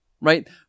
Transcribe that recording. right